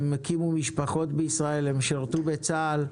הם הקימו משפחות בישראל, שירתו בצה"ל,